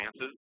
chances